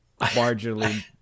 marginally